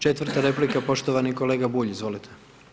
Četvrta replika poštovani kolega Bulj, izvolite.